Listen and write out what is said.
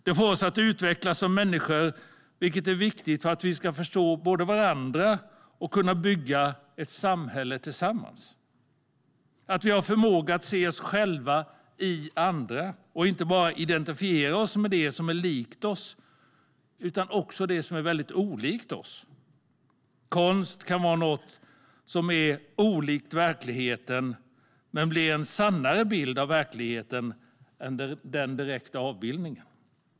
Det får oss att utvecklas som människor, vilket är viktigt för att vi ska förstå varandra och kunna bygga ett samhälle tillsammans - att vi har förmåga att se oss själva i andra och inte bara identifiera oss med det som är likt oss utan också med det som är olikt oss. Konst kan vara något som är olikt verkligheten, men den kan bli en sannare bild av verkligheten än den direkta avbildningen.